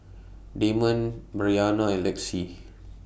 Damond Bryana and Lexi